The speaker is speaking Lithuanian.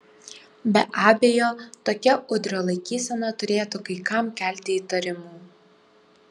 be abejo tokia udrio laikysena turėtų kai kam kelti įtarimų